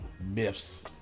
myths